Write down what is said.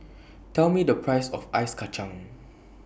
Tell Me The Price of Ice Kacang